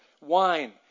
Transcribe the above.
wine